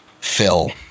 fill